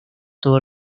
todo